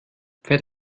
fährt